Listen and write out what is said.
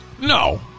No